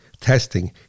testing